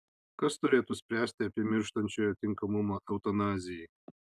kas turėtų spręsti apie mirštančiojo tinkamumą eutanazijai